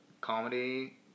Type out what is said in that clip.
comedy